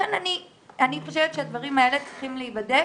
לכן אני חושבת שהדברים האלה צריכים להיבדק.